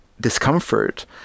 discomfort